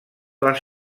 les